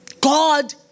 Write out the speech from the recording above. God